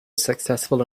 successful